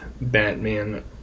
Batman